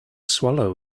swallow